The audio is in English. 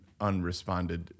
unresponded